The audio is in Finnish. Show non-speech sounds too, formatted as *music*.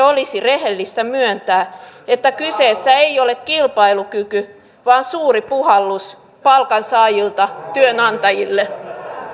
*unintelligible* olisi rehellistä myöntää että kyseessä ei ole kilpailukyky vaan suuri puhallus palkansaajilta työnantajille